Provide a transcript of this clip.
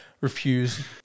refuse